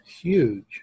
huge